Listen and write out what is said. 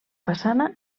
façana